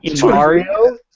Mario